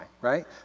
right